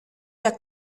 der